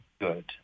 good